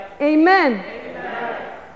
amen